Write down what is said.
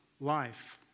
life